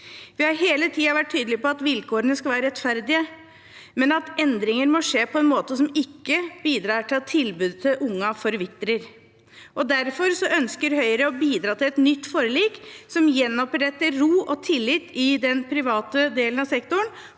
Vi har hele tiden vært tydelig på at vilkårene skal være rettferdige, men at endringer må skje på en måte som ikke bidrar til at tilbudet til ungene forvitrer. Derfor ønsker Høyre å bidra til et nytt forlik som gjenoppretter ro og tillit i den private delen av sektoren,